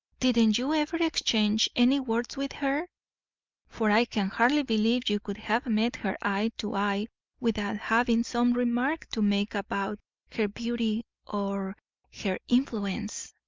didn't you ever exchange any words with her for i can hardly believe you could have met her eye to eye without having some remark to make about her beauty or her influence.